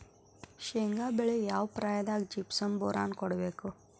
ಶೇಂಗಾ ಬೆಳೆಗೆ ಯಾವ ಪ್ರಾಯದಾಗ ಜಿಪ್ಸಂ ಬೋರಾನ್ ಕೊಡಬೇಕು?